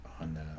on